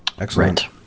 Excellent